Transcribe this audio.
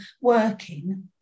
working